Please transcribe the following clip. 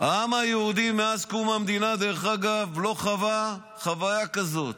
העם היהודי, מאז קום המדינה לא חווה חוויה כזאת.